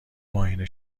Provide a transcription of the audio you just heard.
معاینه